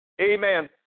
Amen